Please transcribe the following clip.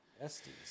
Estes